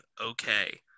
okay